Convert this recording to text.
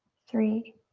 three,